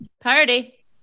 Party